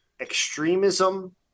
extremism